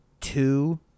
two